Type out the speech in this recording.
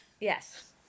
Yes